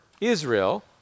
Israel